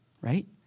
Right